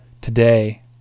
today